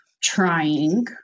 trying